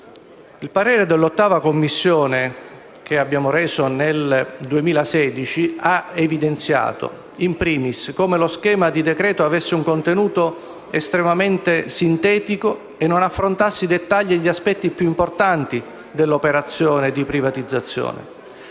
Il parere dell'8a Commissione permanente, approvato il 19 gennaio 2016, ha evidenziato: come lo schema di decreto avesse un contenuto estremamente sintetico e non affrontasse i dettagli e gli aspetti più importanti dell'operazione di privatizzazione;